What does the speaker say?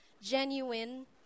genuine